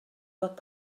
fod